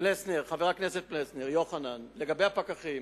חבר הכנסת יוחנן פלסנר,